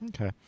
Okay